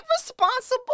responsible